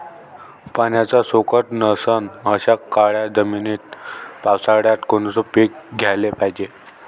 पाण्याचा सोकत नसन अशा काळ्या जमिनीत पावसाळ्यात कोनचं पीक घ्याले पायजे?